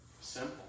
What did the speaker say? Simple